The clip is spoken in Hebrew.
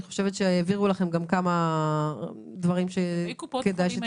אני חושבת שהעבירו לכם גם כמה דברים שכדאי שתתנו --- אני